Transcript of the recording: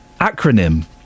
acronym